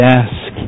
ask